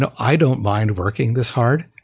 and i don't mind working this hard.